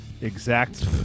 exact